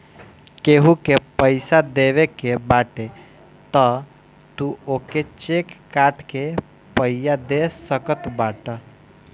केहू के पईसा देवे के बाटे तअ तू ओके चेक काट के पइया दे सकत बाटअ